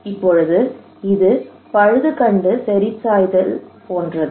இப்போது இது பழுதுகண்டு சரிசெய்தல் போன்றது